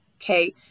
okay